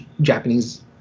Japanese